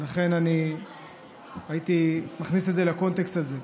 לכן, אני הייתי מכניס לקונטקסט הזה.